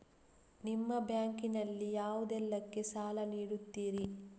ನಿಮ್ಮ ಬ್ಯಾಂಕ್ ನಲ್ಲಿ ಯಾವುದೇಲ್ಲಕ್ಕೆ ಸಾಲ ನೀಡುತ್ತಿರಿ?